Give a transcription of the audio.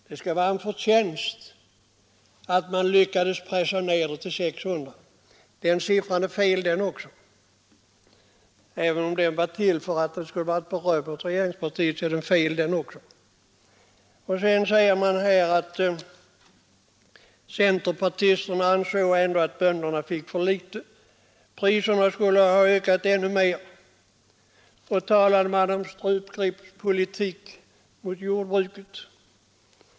Man räknar det som en förtjänst att man lyckades pressa ned ökningen till 600 miljoner kronor. Också den siffran är felaktig, trots att den anförs till regeringspartiets beröm. Sedan säger man att centerpartisterna ändå ansåg att bönderna fick för litet — priserna skulle ha ökat ännu mer — och att vi skulle ha talat om en strupgreppspolitik mot jordbruket.